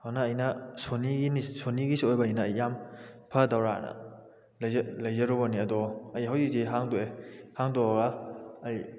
ꯑꯗꯨꯅ ꯑꯩꯅ ꯁꯣꯅꯤꯒꯤꯅꯤ ꯁꯣꯅꯤꯒꯤꯁꯨ ꯑꯣꯏꯕꯅꯤꯅ ꯑꯩ ꯌꯥꯝ ꯐꯗꯧꯔꯥꯅ ꯂꯩꯖꯔꯨꯕꯅꯤ ꯑꯗꯣ ꯑꯩ ꯍꯧꯖꯤꯛꯁꯤ ꯍꯥꯡꯗꯣꯛꯑꯦ ꯍꯥꯡꯗꯣꯛꯂꯒ ꯑꯩ